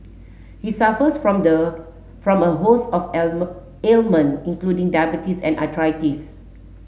he suffers from the from a host of ailment including diabetes and arthritis